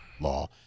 law